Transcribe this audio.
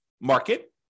market